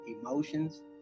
emotions